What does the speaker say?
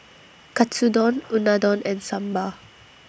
Katsudon Unadon and Sambar